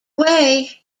way